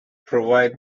provide